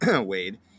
Wade